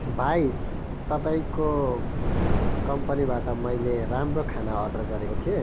भाइ तपाईँको कम्पनीबाट मैले राम्रो खाना अर्डर गरेको थिएँ